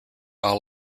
all